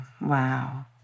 Wow